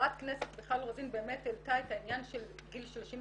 חברת הכנסת מיכל רוזין באמת העלתה את העניין של גיל 33